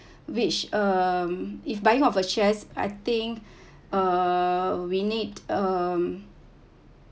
which um if buying of a shares I think err we need um